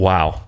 Wow